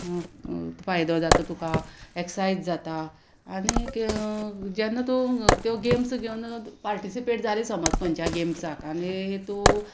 फायदो जाता तुका एक्सायज जाता आनीक जेन्ना तूं त्यो गेम्स घेवन पार्टिसिपेट जाली समज खंयच्या गेम्साक आनी तूं